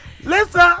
listen